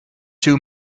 two